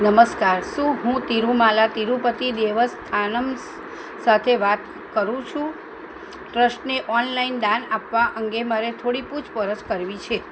નમસ્કાર શું હું તિરુમાલા તિરુપતિ દેવસ્થાનમ્સ સાથે વાત કરું છું ટ્રસ્ટને ઓનલાઈન દાન આપવા અંગે મારે થોડી પુછપરછ કરવી છે